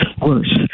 worse